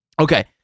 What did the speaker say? Okay